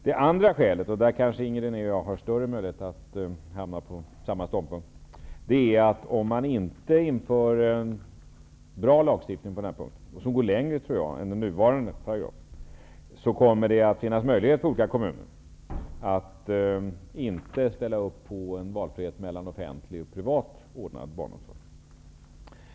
Det andra skälet -- där har Inger René och jag kanske större möjlighet att hamna på samma ståndpunkt -- är, att om man inte inför en bra lagstiftning på den här punkten som går längre än den nuvarande paragrafen, kommer det i olika kommuner att finnas möjlighet att inte ställa upp på en valfrihet mellan offentligt och privat ordnad barnomsorg.